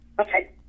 Okay